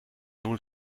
nun